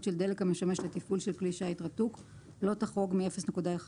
של דלק המשמש לתפעול של כלי שיט רתוק לא תחרוג מ-m/m% "0.10.